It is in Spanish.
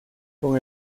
con